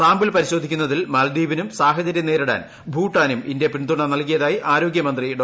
sample പരിശോധിക്കുന്നതിൽ മാൽദ്വീപിനും സാഹചര്യം നേരിടാൻ ഭൂട്ടാനും ഇന്ത്യ പിന്തുണ നൽകിയതായി ആരോഗ്യമന്ത്രി ഡോ